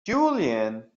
julian